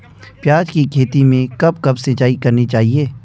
प्याज़ की खेती में कब कब सिंचाई करनी चाहिये?